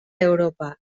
europa